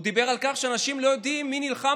הוא דיבר על כך שאנשים לא יודעים מי נלחם